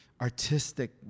artistic